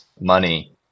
money